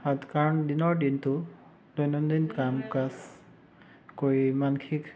আৰু কাৰণ দিনৰ দিনটো দৈনন্দিন কাম কাজ কৰি মানসিক